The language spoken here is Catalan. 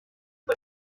pel